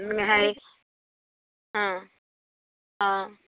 হেৰি অঁ অঁ